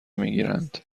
میگیرند